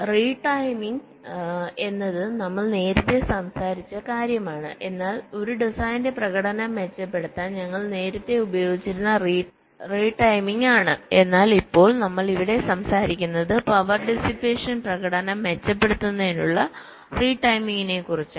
retiming എന്നത് നമ്മൾ നേരത്തെ സംസാരിച്ച കാര്യമാണ് എന്നാൽ ഒരു ഡിസൈനിന്റെ പ്രകടനം മെച്ചപ്പെടുത്താൻ ഞങ്ങൾ നേരത്തെ ഉപയോഗിച്ചിരുന്ന റീടൈമിംഗ് ആണ് എന്നാൽ ഇപ്പോൾ നമ്മൾ ഇവിടെ സംസാരിക്കുന്നത് പവർ ഡിസ്പേഷൻ പ്രകടനം മെച്ചപ്പെടുത്തുന്നതിനുള്ള റീടൈമിംഗിനെക്കുറിച്ചാണ്